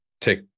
take